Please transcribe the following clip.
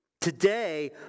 Today